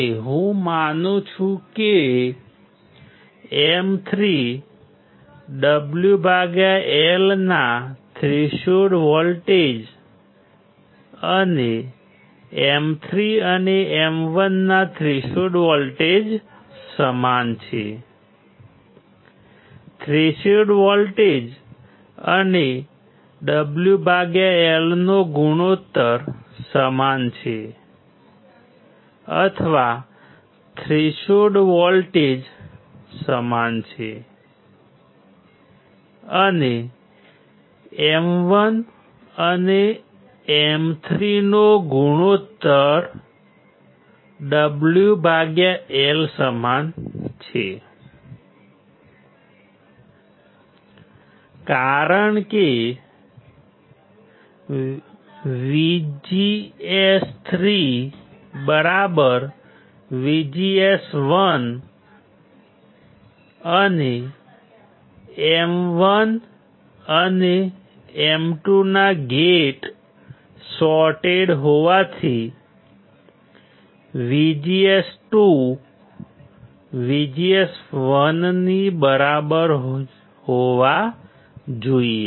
અને હું માનું છું કે M3 WL ના થ્રેશોલ્ડ વોલ્ટેજ અને M3 અને M1 ના થ્રેશોલ્ડ વોલ્ટેજ સમાન છે થ્રેશોલ્ડ વોલ્ટેજ અને WL નો ગુણોત્તર સમાન છે અથવા થ્રેશોલ્ડ વોલ્ટેજ સમાન છે અને M1 અને M3 નો ગુણોત્તર WL સમાન છે કારણ કે VGs3 VGS1 અને M1 અને M2 ના ગેટ શોર્ટેડ હોવાથી VGS2 VGS1 ની બરાબર હોવા જોઈએ